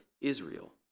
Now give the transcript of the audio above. Israel